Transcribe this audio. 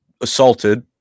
assaulted